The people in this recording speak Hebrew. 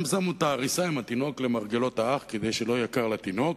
הם שמו את העריסה עם התינוק למרגלות האח כדי שלא יהיה קר לתינוק